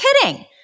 kidding